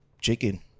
chicken